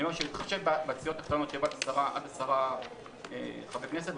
אני אומר שצריך להתחשב בסיעות הקטנות עד 10 חברי כנסת,